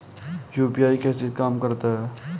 UPI कैसे काम करता है?